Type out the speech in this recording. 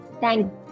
Thank